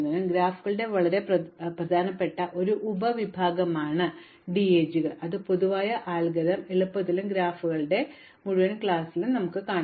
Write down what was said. അതിനാൽ നിരവധി പ്രായോഗിക ആപ്ലിക്കേഷനുകളുള്ളതും വളരെ പ്രധാനപ്പെട്ട പ്രശ്നങ്ങൾക്ക് കാര്യക്ഷമമായ പരിഹാരങ്ങൾ അംഗീകരിക്കുന്നതുമായ ഗ്രാഫുകളുടെ വളരെ പ്രധാനപ്പെട്ട ഒരു ഉപവിഭാഗമാണ് ഡിഎജികൾ അവ പൊതുവായ അൽഗോരിതം എളുപ്പത്തിലും ഗ്രാഫുകളുടെ മുഴുവൻ ക്ലാസിലും ഇല്ല